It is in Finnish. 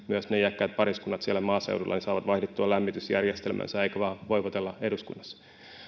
myös ne iäkkäät pariskunnat siellä maaseudulla saavat vaihdettua lämmitysjärjestelmänsä eikä vain voivotella eduskunnassa